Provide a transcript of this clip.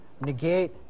negate